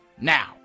now